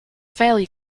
fairly